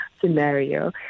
scenario